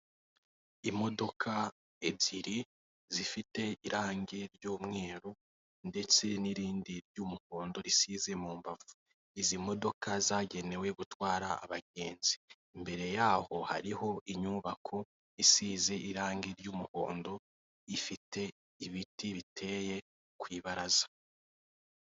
Imodoka ebyiri zifite irange ry'umweru ndetse n'irindi ry'umuhondo risize mu mbavu. Izi modoka zagenewe gutwara abagenzi, imbere yaho hariho inyubako isize irangi ry'umuhondo ifite ibiti biteye ku ibaraza.